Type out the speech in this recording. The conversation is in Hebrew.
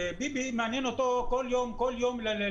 מעניין אותו כל יום בתקשורת,